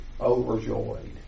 overjoyed